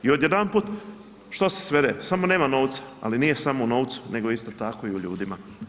I odjedanput što se svede samo nema novca, ali nije samo u novcu nego isto tako i u ljudima.